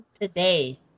today